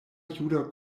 juda